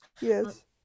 Yes